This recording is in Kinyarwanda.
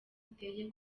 iteye